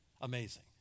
Amazing